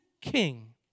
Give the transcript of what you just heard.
king